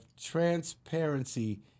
transparency